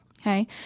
okay